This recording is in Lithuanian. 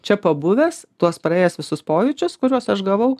čia pabuvęs tuos praėjęs visus pojūčius kuriuos aš gavau